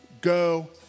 go